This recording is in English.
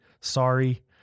sorry